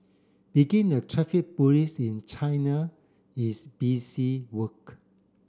begin a Traffic Police in China is busy work